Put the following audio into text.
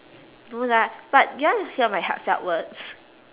no lah but do you want to hear my heartfelt words